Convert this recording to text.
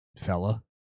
fella